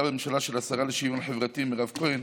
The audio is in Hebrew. בממשלה של השרה לשוויון חברתי מירב כהן